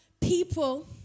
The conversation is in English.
people